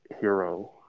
hero